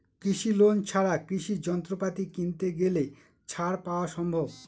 কৃষি লোন ছাড়া কৃষি যন্ত্রপাতি কিনতে গেলে ছাড় পাওয়া সম্ভব?